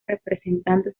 representando